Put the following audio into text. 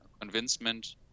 convincement